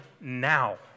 now